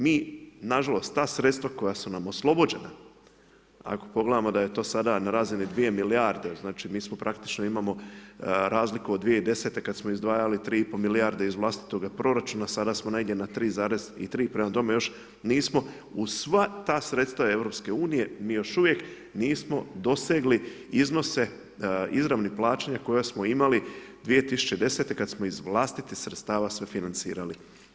Mi nažalost, ta sredstva koja su nam oslobođena, ako pogledamo da je to sada na razini 2 milijarde, znači mi praktički imamo razliku od 2010. kada su izdvajali 3,5 milijarde iz vlastitoga proračuna sada smo negdje na 3,3 prema tome još nismo uz sva ta sredstva EU, mi još uvijek nismo dosegli iznose izravnih plaćanja koje smo imali 2010. kada smo iz vlastitih sredstava sve financirali.